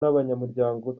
n’abanyamuryango